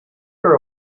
her